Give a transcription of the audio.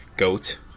Goat